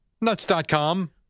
Nuts.com